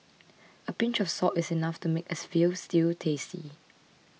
a pinch of salt is enough to make a Veal Stew tasty